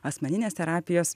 asmeninės terapijos